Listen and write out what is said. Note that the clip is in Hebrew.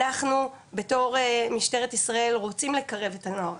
אנחנו בתור משטרת ישראל רוצים לקרב את הנוער,